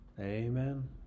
Amen